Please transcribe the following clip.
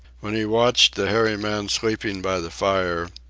when he watched the hairy man sleeping by the fire,